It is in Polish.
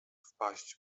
wpaść